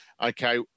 okay